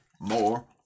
more